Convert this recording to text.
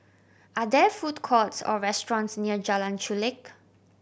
are there food courts or restaurants near Jalan Chulek